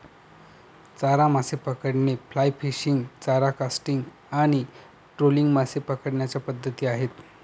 चारा मासे पकडणे, फ्लाय फिशिंग, चारा कास्टिंग आणि ट्रोलिंग मासे पकडण्याच्या पद्धती आहेत